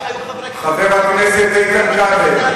חבר הכנסת איתן כבל,